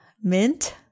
mint